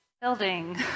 building